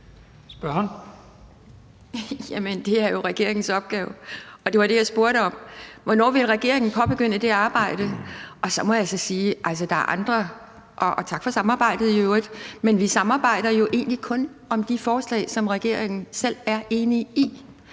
det er jo regeringens opgave, og det var det, jeg spurgte om. Hvornår vil regeringen påbegynde det arbejde? Og tak for samarbejdet i øvrigt, men vi samarbejder jo egentlig kun om de forslag, som regeringen selv er enig i.